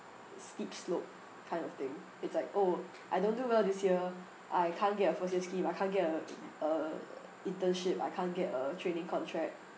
steep slope kind of thing it's like oh I don't do well this year I can't get a first year scheme I can't get a a internship I can't get a training contract